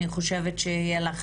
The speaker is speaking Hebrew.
אני חושבת שיהיה לך